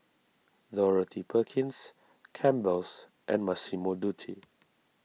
Dorothy Perkins Campbell's and Massimo Dutti